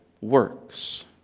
works